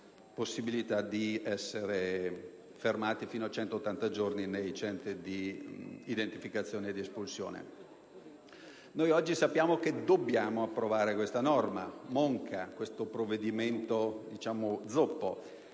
possibilità di essere fermati fino a 180 giorni nei Centri di identificazione e di espulsione. Oggi sappiamo che dobbiamo approvare questa normativa monca, un provvedimento zoppo: